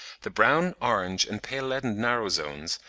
the brown, orange, and pale-leadened narrow zones,